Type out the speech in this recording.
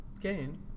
gain